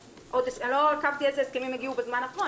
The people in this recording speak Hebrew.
אני לא עקבתי איזה הסכמים הגיעו בזמן האחרון,